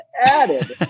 added